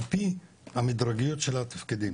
על פי המדרגיות של התפקידים.